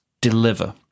deliver